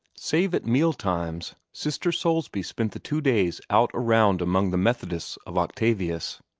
save at meal-times, sister soulsby spent the two days out around among the methodists of octavius.